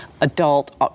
adult